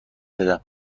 بدم